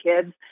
kids